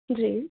जी